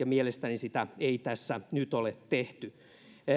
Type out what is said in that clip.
mielestäni sitä ei tässä nyt ole tehty